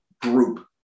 group